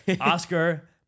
Oscar